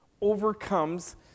overcomes